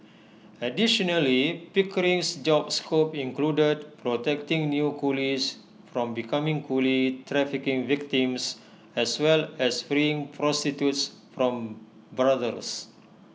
additionally pickering's job scope included protecting new coolies from becoming coolie trafficking victims as well as freeing prostitutes from brothels